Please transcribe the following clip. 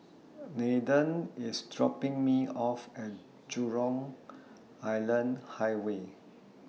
Nathen IS dropping Me off At Jurong Island Highway